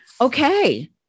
okay